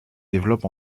développe